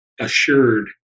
assured